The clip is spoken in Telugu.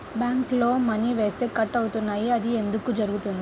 బ్యాంక్లో మని వేస్తే కట్ అవుతున్నాయి అది ఎందుకు జరుగుతోంది?